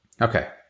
Okay